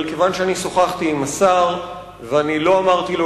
אבל כיוון ששוחחתי עם השר ואני לא אמרתי לו